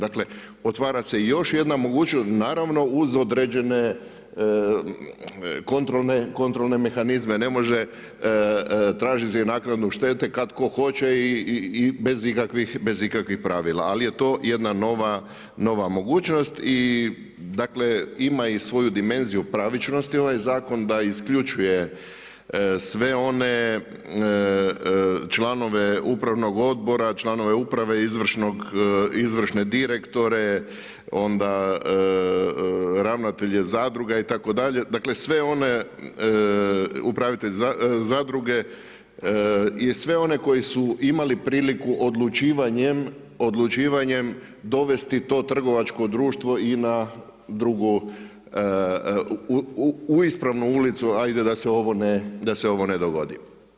Dakle, otvara se još jedna mogućnost, naravno uz određene kontrolne mehanizme, ne može tražiti naknadu štete kad tko hoće i bez ikakvih pravila ali je to jedna nova mogućnost i dakle, ima i svoju dimenziju pravičnosti ovaj zakon, da isključuje sve one članove upravnog odbora, članove uprave, izvršne direktore onda ravnatelje zadruga itd., dakle sve one upravitelje zadruge i sve one koji su imali priliku odlučivanjem dovesti to trgovačko društvo i u ispravnu ulicu, ajde da se ovo ne dogodi.